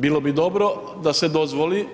Bilo bi dobro da se dozvoli